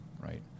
right